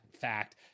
fact